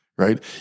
Right